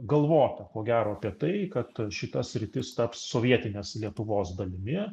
galvota ko gero apie tai kad šita sritis taps sovietinės lietuvos dalimi